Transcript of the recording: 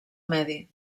medi